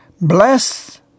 Bless